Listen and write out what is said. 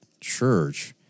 church